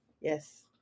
yes